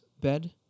bed